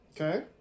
Okay